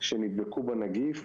שנדבקו בנגיף,